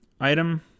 item